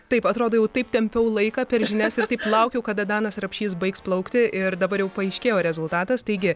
taip atrodo jau taip tempiau laiką per žinias ir taip laukiau kada danas rapšys baigs plaukti ir dabar jau paaiškėjo rezultatas taigi